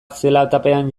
zelatapean